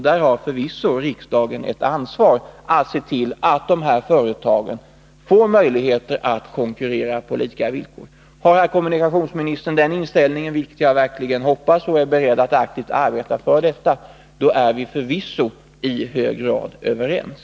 Där har förvisso riksdagen ett ansvar att se till att de här företagen får möjlighet att konkurrera på lika villkor. Har herr kommunikationsministern den inställningen, vilket jag verkligen hoppas, och är beredd att aktivt arbeta för detta, är vi förvisso i hög grad överens.